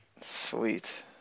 Sweet